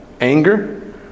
Anger